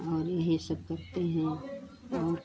हम और यही सब कुछ करते हैं और